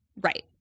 Right